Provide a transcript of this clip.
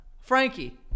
Frankie